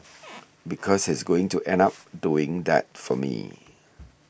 because he's going to end up doing that for me